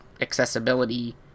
accessibility